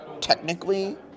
technically